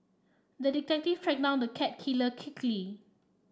the detective tracked down the cat killer quickly